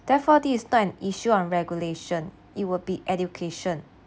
therefore this is not an issue on regulation it will be education